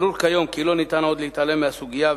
ברור כיום כי לא ניתן עוד להתעלם מהסוגיה,